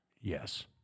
Yes